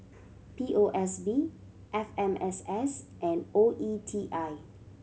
P O S B F M S S and O E T I